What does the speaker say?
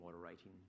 moderating